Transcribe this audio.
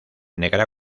negra